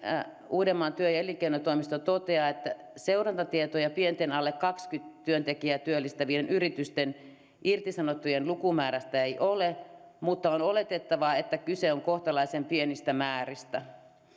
uudenmaan työ ja elinkeinotoimisto toteaa että seurantatietoja pienten alle kaksikymmentä työntekijää työllistävien yritysten irtisanottujen lukumäärästä ei ole mutta on oletettavaa että kyse on kohtalaisen pienistä määristä